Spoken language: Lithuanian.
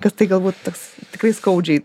kad tai galbūt toks tikrai skaudžiai